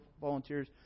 volunteers